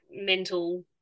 mental